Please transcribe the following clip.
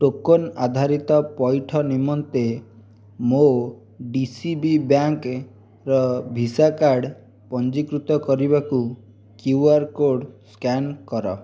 token ଆଧାରିତ ପଇଠ ନିମନ୍ତେ ମୋ ଡି ସି ବି ବ୍ୟାଙ୍କର ଭିସା କାର୍ଡ଼ ପଞ୍ଜୀକୃତ କରିବାକୁ କ୍ୟୁ ଆର୍ କୋଡ଼୍ ସ୍କାନ୍ କର